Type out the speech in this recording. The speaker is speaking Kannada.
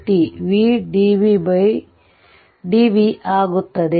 dv ಆಗುತ್ತದೆ